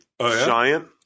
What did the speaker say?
giant